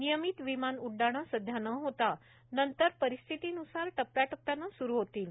नियमित विमान उड्डाणं सध्या न होता नंतर परिस्थिती न्सार टप्प्या टप्प्यानं सुरु होतील